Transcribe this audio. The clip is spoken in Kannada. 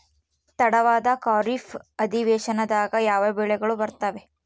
ತಡವಾದ ಖಾರೇಫ್ ಅಧಿವೇಶನದಾಗ ಯಾವ ಬೆಳೆಗಳು ಬರ್ತಾವೆ?